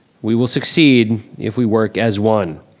we will succeed if we work as one.